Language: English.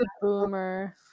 boomer